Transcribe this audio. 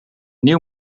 nieuw